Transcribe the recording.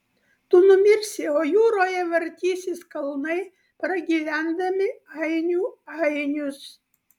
tu numirsi o jūroje vartysis kalnai pragyvendami ainių ainius